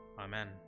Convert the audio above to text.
Amen